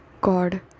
God